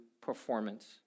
performance